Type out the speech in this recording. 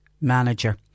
manager